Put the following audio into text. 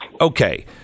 Okay